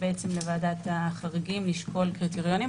בעצם לוועדת החריגים לשקול קריטריונים,